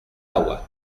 agua